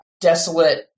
desolate